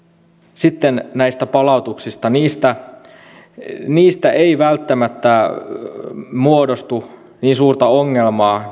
sitten näistä palautuksista niistä niistä ei välttämättä muodostu niin suurta ongelmaa